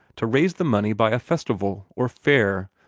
to raise the money by a festival, or fair,